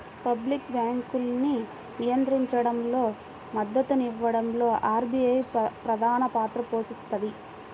public బ్యాంకింగ్ను నియంత్రించడంలో, మద్దతునివ్వడంలో ఆర్బీఐ ప్రధానపాత్ర పోషిస్తది